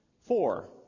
Four